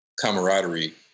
camaraderie